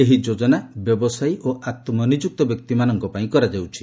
ଏହି ଯୋଜନା ବ୍ୟବସାୟୀ ଓ ଆତ୍କ ନିଯୁକ୍ତ ବ୍ୟକ୍ତିମାନଙ୍କ ପାଇଁ କରାଯାଉଛି